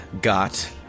got